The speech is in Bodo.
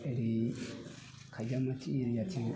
ओरै खायजामाथि एरियाथिं